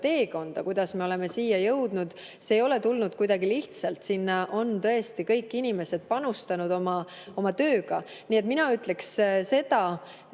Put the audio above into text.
teekonda, kuidas me oleme siia jõudnud. See ei ole tulnud lihtsalt. Sinna on tõesti kõik inimesed panustanud oma tööga. Nii et mina ütleks seda,